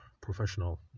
professional